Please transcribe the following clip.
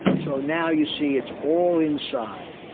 so now you see it's all inside,